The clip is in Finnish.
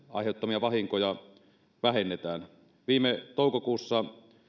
aiheuttamia vahinkoja vähennetään viime toukokuussa